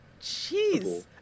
Jeez